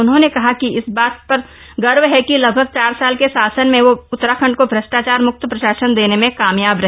उन्होंने कहा कि इस बात पर गर्व है कि लगभग चार साल के शासन में वो उत्तराखंड को भ्रष्टाचार मुक्त प्रशासन देने में कामयाब रहे